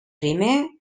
primer